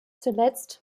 zuletzt